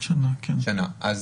אז